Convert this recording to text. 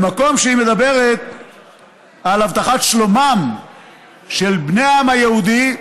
היא מדברת על הבטחת שלומם של בני העם היהודי,